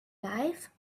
life